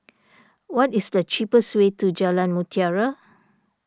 what is the cheapest way to Jalan Mutiara